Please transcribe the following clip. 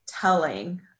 telling